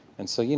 and so, you